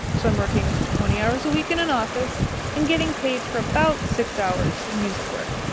so i'm working twenty hours a week in an office and getting paid for about six hours of music work.